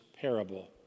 parable